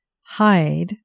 hide